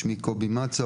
שמי קובי מצא,